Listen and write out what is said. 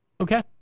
Okay